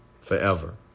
Forever